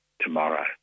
tomorrow